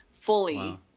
Fully